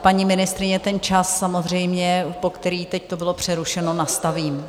Paní ministryně, ten čas samozřejmě, po který to teď bylo přerušeno, nastavím.